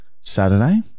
Saturday